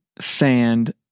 sand